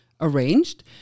arranged